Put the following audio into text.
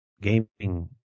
gaming